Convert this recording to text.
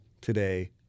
today